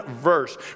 verse